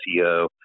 SEO